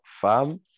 Fam